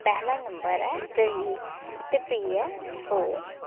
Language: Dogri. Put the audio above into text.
पैहला नंबर ऐ त्रीह् ते भी ऐ सौ